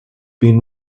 been